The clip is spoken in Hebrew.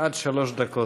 עד שלוש דקות,